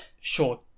short